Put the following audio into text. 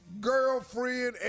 girlfriend